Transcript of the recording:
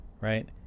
Right